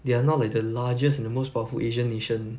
they are now like the largest and the most powerful asian nation